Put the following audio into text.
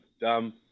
dumb